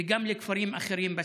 גם בכפרים אחרים בסביבה.